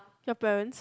your parents